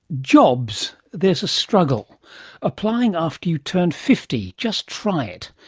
jobs! there's a struggle applying after you turn fifty, just try it.